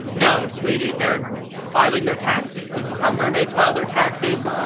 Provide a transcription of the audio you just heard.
no sweetie, they're filing their taxes. this is how mermaids file their taxes.